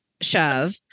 Shove